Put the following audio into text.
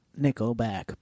Nickelback